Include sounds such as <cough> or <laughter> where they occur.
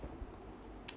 <noise>